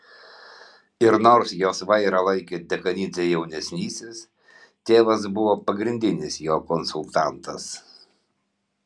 ir nors jos vairą laikė dekanidzė jaunesnysis tėvas buvo pagrindinis jo konsultantas